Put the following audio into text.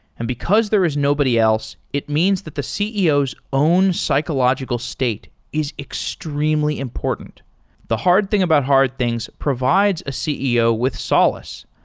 and because there is nobody else, it means that the ceo's own psychological state is extremely important the hard thing about hard things provides a ceo with solace.